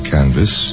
Canvas